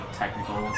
technical